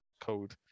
code